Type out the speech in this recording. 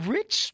Rich